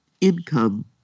income